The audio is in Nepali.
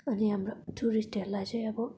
अनि हाम्रो टुरिस्टहरूलाई चाहिँ अब